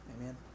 Amen